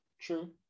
true